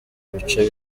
bice